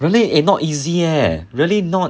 really eh not easy eh really not